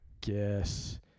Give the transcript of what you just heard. guess